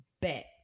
bet